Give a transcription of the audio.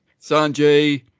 Sanjay